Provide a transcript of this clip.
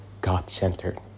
God-centered